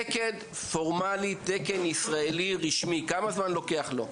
תקן פורמלי, תקן ישראלי רשמי כמה זמן לוקח לו?